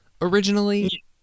originally